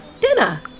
dinner